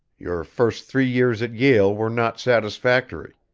your first three years at yale were not satisfactory.